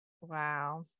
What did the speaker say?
Wow